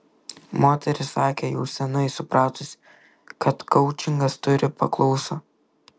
moteris sakė jau seniai supratusi kad koučingas turi paklausą